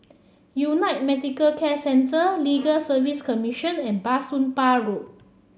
United Medicare Centre Legal Service Commission and Bah Soon Pah Road